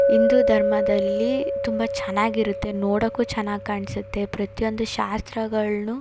ಹಿಂದೂ ಧರ್ಮದಲ್ಲಿ ತುಂಬ ಚೆನ್ನಾಗಿರುತ್ತೆ ನೋಡೋಕ್ಕೂ ಚೆನ್ನಾಗಿ ಕಾಣಿಸತ್ತೆ ಪ್ರತಿಯೊಂದು ಶಾಸ್ತ್ರಗಳನ್ನೂ